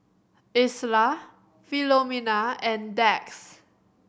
Isla Filomena and Dax